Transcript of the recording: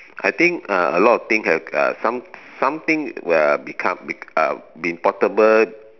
I think uh a lot of thing have uh some something well become uh been portable